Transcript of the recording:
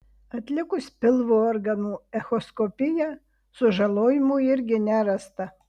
atlikus pilvo organų echoskopiją sužalojimų irgi nerasta